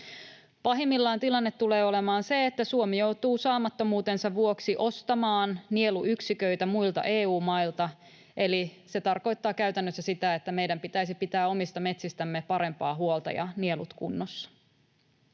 Pahimmillaan tilanne tulee olemaan se, että Suomi joutuu saamattomuutensa vuoksi ostamaan nieluyksiköitä muilta EU-mailta, eli se tarkoittaa käytännössä sitä, että meidän pitäisi pitää omista metsistämme parempaa huolta ja nielut kunnossa.